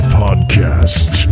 podcast